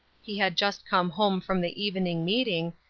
he had just come home from the evening meeting,